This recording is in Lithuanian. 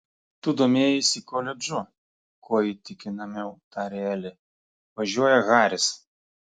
tu domėjaisi koledžu kuo įtikinamiau tarė elė važiuoja haris